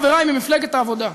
חברי מפלגת העבודה: